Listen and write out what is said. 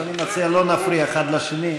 אז אני מציע שלא נפריע אחד לשני.